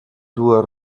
dues